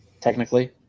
Technically